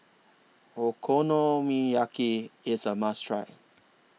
Okonomiyaki IS A must Try